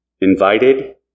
invited